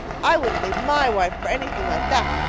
i wouldn't leave my wife for anything like that.